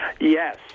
Yes